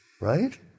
Right